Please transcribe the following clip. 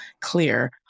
clear